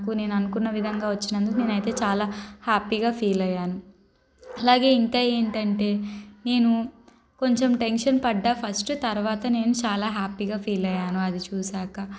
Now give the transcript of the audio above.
నేను అనుకున్న విధంగా వచ్చినందుకు నేనైతే చాలా హ్యాపీగా ఫీల్ అయ్యాను అలాగే ఇంకా ఏంటంటే నేను కొంచెం టెన్షన్ పడినాను ఫస్ట్ తర్వాత చాలా హ్యాపీగా ఫీల్ అయ్యాను అది చూశాక